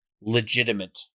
legitimate